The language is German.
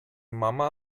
mama